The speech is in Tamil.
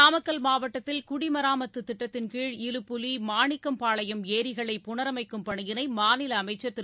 நாமக்கல் மாவட்டத்தில் குடிமராமத்து திட்டத்தின் கீழ் இலுப்புலி மானிக்கம்பாளையம் ஏரிகளை புனரமைக்கும் பணியினை மாநில அமைச்சர் திரு